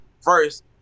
first